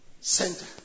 Center